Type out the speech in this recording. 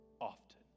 often